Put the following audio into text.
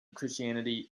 christianity